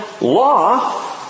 law